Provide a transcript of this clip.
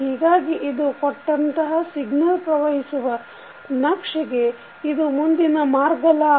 ಹೀಗಾಗಿ ಇದು ಕೊಟ್ಟಂತಹ ಸಿಗ್ನಲ್ ಪ್ರವಹಿಸುವ ನಕ್ಷೆಗೆ ಇದು ಮುಂದಿನ ಮಾರ್ಗ ಲಾಭ